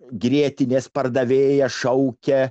grietinės pardavėja šaukia